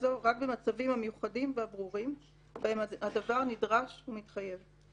זו רק במצבים המיוחדים והברורים בהם הדבר נדרש ומתחייב.